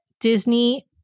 Disney